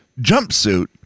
Jumpsuit